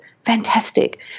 fantastic